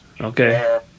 okay